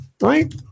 right